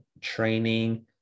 training